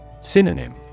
Synonym